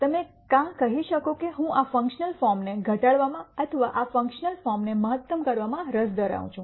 તમે કાં કહી શકો કે હું આ ફંકશનલ ફોર્મ ને ઘટાડવામાં અથવા આ ફંકશનલ ફોર્મ ને મહત્તમ કરવામાં રસ ધરાવું છું